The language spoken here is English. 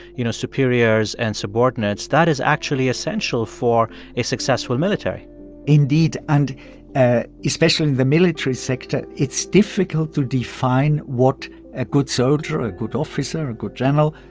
you know, superiors and subordinates, that is actually essential for a successful military indeed, and and especially the military sector, it's difficult to define what a good soldier, a good officer, a good general,